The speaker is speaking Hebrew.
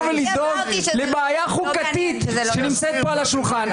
ולדאוג לבעיה חוקתית שנמצאת פה על השולחן.